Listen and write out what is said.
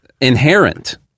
inherent